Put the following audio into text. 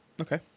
Okay